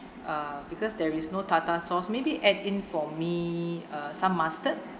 uh because there is no tartar sauce maybe add in for me uh some mustard